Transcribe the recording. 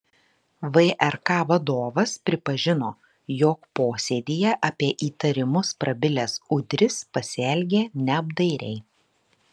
vrk vadovas pripažino jog posėdyje apie įtarimus prabilęs udris pasielgė neapdairiai